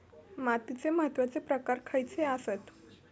मातीचे महत्वाचे प्रकार खयचे आसत?